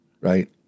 Right